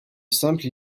simple